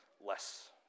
less